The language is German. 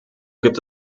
gibt